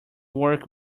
work